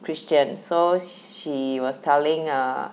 christian so she was telling err